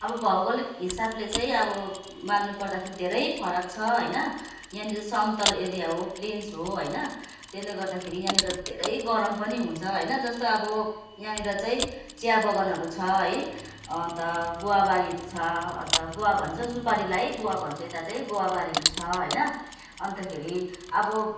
अब भौगोलिक हिसाबले चाहिँ अब मान्नु पर्दाखेरि धेरै फरक छ होइन यहाँनेर समतल एरिया हो प्लेन्स हो होइन त्यसले गर्दाखेरि यहाँनेर धेरै गरम पनि हुन्छ होइन जस्तो अब यहाँनेर चाहिँ चिया बगानहरू छ है अन्त गुवाबारीहरू छ अन्त गुवा भन्छ सुपारीलाई गुवा भन्छ यता चाहिँ गुवाबारीहरू छ होइन अन्तखेरि अब